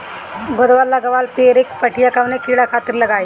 गोदवा लगवाल पियरकि पठिया कवने कीड़ा खातिर लगाई?